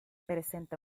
presenta